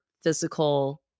physical